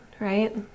right